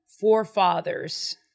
forefathers